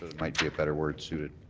might be a better word suited.